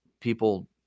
people